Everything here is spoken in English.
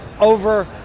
over